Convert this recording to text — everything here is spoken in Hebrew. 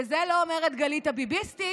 ואת זה לא אומרת גלית הביביסטית,